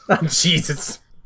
Jesus